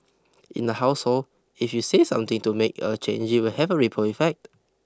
in the household if you say something to make a change it will have a ripple effect